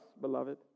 beloved